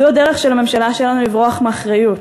זו הדרך של הממשלה שלנו לברוח מאחריות: